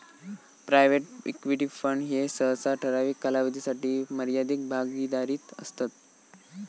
private equity fund ह्ये सहसा ठराविक कालावधीसाठी मर्यादित भागीदारीत असतत